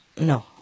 no